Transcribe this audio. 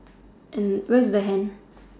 and where is the hand